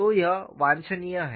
तो यह वांछनीय है